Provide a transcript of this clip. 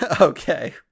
Okay